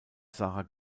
sarah